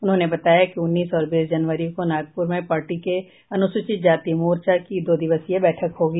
उन्होंने बताया कि उन्नीस और बीस जनवरी को नागपुर में पार्टी के अनुसूचित जाति मोर्चा की दो दिवसीय बैठक होगी